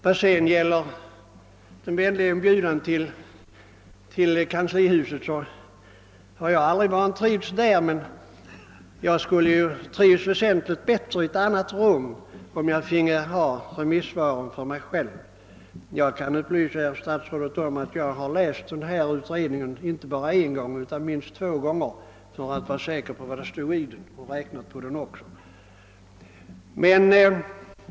Vad därefter gäller den vänliga inbjudan till kanslihuset så har jag aldrig vantrivts där, men jag skulle trivts väsentligt bättre i ett rum där jag finge ha remissvaren för mig själv. Jag kan upplysa herr statsrådet om att jag har läst denna utredning inte bara en gång utan minst två gånger för att vara säker på vad det står i den, och jag har räknat på den också.